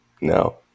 No